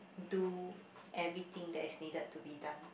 do everything there's needed to be done